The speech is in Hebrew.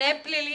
שניהם פליליים?